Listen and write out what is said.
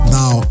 now